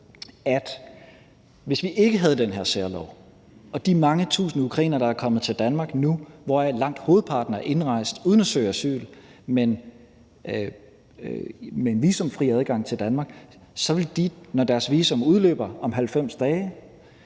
synes jeg også det hører, at de mange tusinde ukrainere, der nu er kommet til Danmark, hvoraf langt hovedparten er indrejst uden at søge asyl, men med en visumfri adgang til Danmark, hvis vi ikke havde den